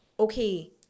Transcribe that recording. Okay